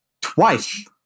Twice